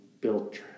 built